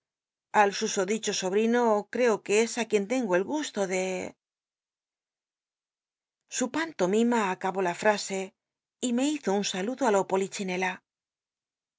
al susodicho sobrino ctco qno es i quien tengo el guslo do su pantomima acabó la frase y me hizo un saludo i lo polichinela